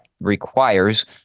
requires